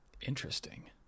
Interesting